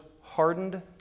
hardened